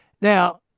Now